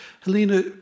Helena